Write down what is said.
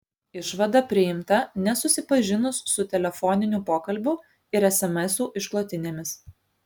išvada priimta nesusipažinus su telefoninių pokalbių ir esemesų išklotinėmis